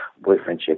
boyfriendship